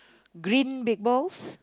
green big balls